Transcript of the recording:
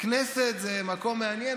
הכנסת זה מקום מעניין,